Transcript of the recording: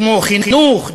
כמו חינוך,